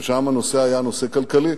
ושם הנושא היה נושא כלכלי.